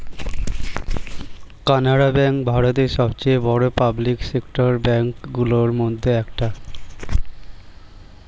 Canara bank ভারতের সবচেয়ে বড় পাবলিক সেক্টর ব্যাঙ্ক গুলোর মধ্যে একটা